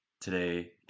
Today